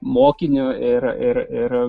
mokiniu ir ir ir